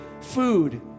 Food